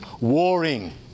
warring